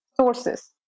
sources